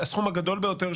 בדוח.